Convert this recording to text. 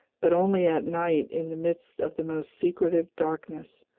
but only at night in the midst of the most secretive darkness,